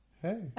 Hey